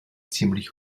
ziemlich